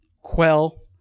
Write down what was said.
quell